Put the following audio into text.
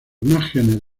márgenes